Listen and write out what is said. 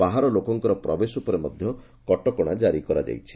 ବାହାର ଲୋକଙ୍କର ପ୍ରବେଶ ଉପରେ ମଧ୍ୟ କଟକଶା ଜାରି କରାଯାଇଛି